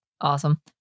Awesome